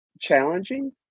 challenging